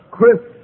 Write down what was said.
Chris